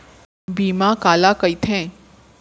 बीमा काला कइथे?